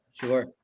Sure